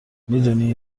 میدونی